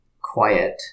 quiet